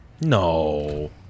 No